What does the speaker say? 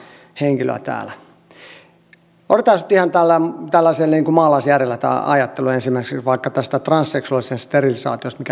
otetaanpas nyt ihan tällaisella niin kuin maalaisjärjellä tämä ajattelu ensimmäiseksi vaikka tästä transseksuaalisen sterilisaatiosta mikä nykytila on